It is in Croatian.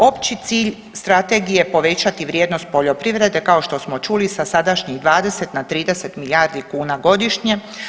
Opći cilj strategije povećati vrijednost poljoprivrede kao što smo čuli sa sadašnjih 20 na 30 milijardi kuna godišnje.